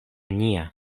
nia